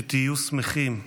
שתהיו שמחים.